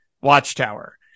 Watchtower